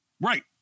right